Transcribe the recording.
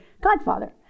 godfather